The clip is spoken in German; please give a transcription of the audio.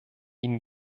ihnen